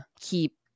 keep